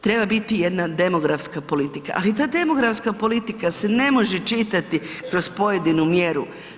Treba biti jedna demografska politika, ali ta demografska politika se ne može čitati kroz pojedinu mjeru.